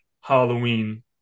halloween